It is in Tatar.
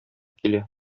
килә